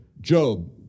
Job